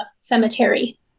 cemetery